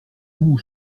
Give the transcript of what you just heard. vous